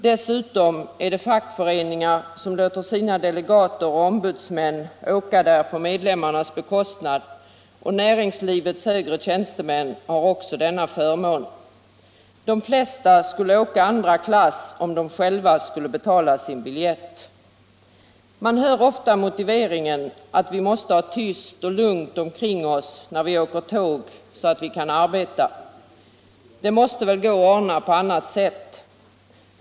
Dessutom är det fackföreningar som låter sina delegater och ombudsmän åka första klass på medlemmarnas bekostnad. Även näringslivets Trafikpolitiken un Trafikpolitiken 60 högre tjänstemän har denna förmån. De flesta skulle åka andra klass om de själva fick betala för sin biljett. Man hör ofta motiveringen att vi måste ha tyst och lugnt omkring oss när vi reser, så alt vi kan arbeta. Det måste väl gå att ordna på annat sätt.